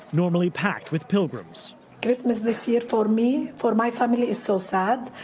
normally packed with pilgrims christmas this year for me, for my family is so sad.